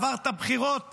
עברת בחירות,